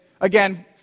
Again